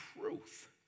truth